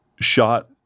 shot